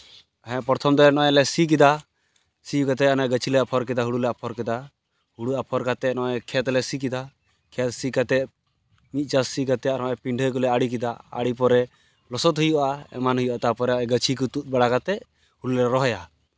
ᱦᱮᱸ ᱯᱨᱚᱛᱷᱚᱢ ᱫᱚ ᱱᱚᱜᱼᱚᱭ ᱞᱮ ᱥᱤ ᱠᱮᱫᱟ ᱥᱤ ᱠᱟᱛᱮᱫ ᱚᱱᱮ ᱜᱟᱹᱪᱷᱤ ᱞᱮ ᱟᱯᱷᱚᱨ ᱠᱮᱫᱟ ᱦᱩᱲᱩ ᱞᱮ ᱟᱯᱷᱚᱨ ᱠᱮᱫᱟ ᱦᱩᱲᱩ ᱟᱯᱷᱚᱨ ᱠᱟᱛᱮᱫ ᱱᱚᱜᱼᱚᱭ ᱠᱷᱮᱛ ᱞᱮ ᱥᱤ ᱠᱮᱫᱟ ᱠᱷᱮᱛ ᱥᱤ ᱠᱟᱛᱮᱫ ᱢᱤᱫ ᱪᱟᱥ ᱥᱤ ᱠᱟᱛᱮᱫ ᱱᱚᱜᱼᱚᱭ ᱯᱤᱰᱷᱟᱺ ᱠᱚᱞᱮ ᱟᱲᱮ ᱠᱮᱫᱟ ᱟᱲᱮ ᱯᱚᱨᱮ ᱞᱚᱥᱚᱫ ᱦᱩᱭᱩᱜᱼᱟ ᱮᱢᱟᱱ ᱦᱩᱭᱩᱜᱼᱟ ᱛᱟᱨᱯᱚᱨᱮ ᱱᱚᱜᱼᱚᱭ ᱜᱟᱹᱪᱷᱤ ᱠᱚ ᱛᱩᱫ ᱵᱟᱲᱟ ᱠᱟᱛᱮᱫ ᱦᱩᱲᱩ ᱞᱮ ᱨᱚᱦᱚᱭᱟ